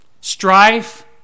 strife